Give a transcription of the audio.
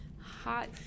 hot